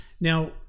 Now